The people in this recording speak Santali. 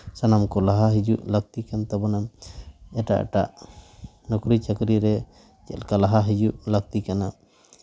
ᱥᱟᱱᱟᱢ ᱠᱚ ᱞᱟᱦᱟ ᱦᱤᱡᱩᱜ ᱞᱟᱹᱠᱛᱤ ᱠᱟᱱ ᱛᱟᱵᱚᱱᱟ ᱮᱴᱟᱜ ᱮᱴᱟᱜ ᱱᱚᱠᱨᱤ ᱪᱟᱹᱠᱨᱤ ᱨᱮ ᱪᱮᱫ ᱞᱮᱠᱟ ᱞᱟᱦᱟ ᱦᱤᱡᱩᱜ ᱞᱟᱹᱠᱛᱤ ᱠᱟᱱᱟ